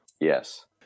Yes